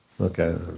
okay